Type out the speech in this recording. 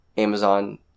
amazon